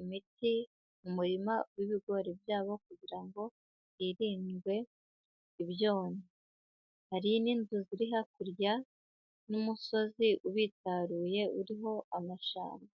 imiti mu murima w'ibigori byabo, kugira ngo hirindwe ibyonnyi. Hari n'inzu ziri hakurya n'umusozi ubitaruye uriho amashamba.